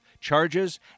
charges